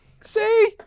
see